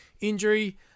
injury